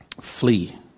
flee